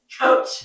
coach